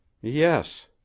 Yes